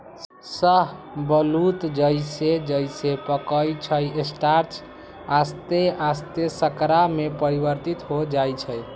शाहबलूत जइसे जइसे पकइ छइ स्टार्च आश्ते आस्ते शर्करा में परिवर्तित हो जाइ छइ